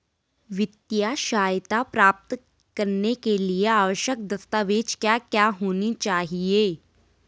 वित्तीय सहायता प्राप्त करने के लिए आवश्यक दस्तावेज क्या क्या होनी चाहिए?